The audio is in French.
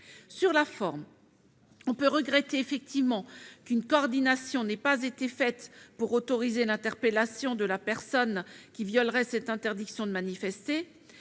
Sur la forme, on peut regretter effectivement qu'une coordination n'ait pas été faite pour autoriser l'interpellation de la personne qui violerait cette interdiction de manifester.